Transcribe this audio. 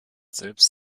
selbst